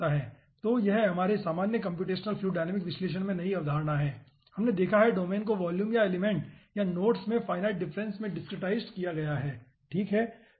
तो यह हमारे सामान्य कम्प्यूटेशनल फ्लूइड डायनामिक्स विश्लेषण में नई अवधारणा है हमने देखा है कि डोमेन को वॉल्यूम या एलिमेंट या नोड्स में फाइनाईट डिफरेंस में डिसक्रीटाईजड़ किया गया है ठीक है